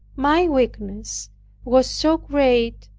my weakness was so great,